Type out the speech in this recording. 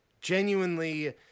genuinely